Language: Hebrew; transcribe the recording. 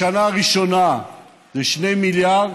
בשנה הראשונה זה 2 מיליארד.